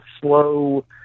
slow